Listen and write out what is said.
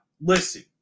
listen